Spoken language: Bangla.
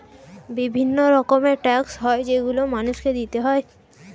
বিভিন্ন রকমের ট্যাক্স হয় যেগুলো মানুষকে দিতে হয়